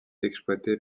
exploitée